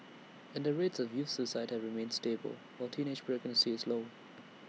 and the rates of youth suicide have remained stable while teenage pregnancy is low